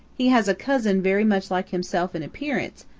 he has a cousin very much like himself in appearance,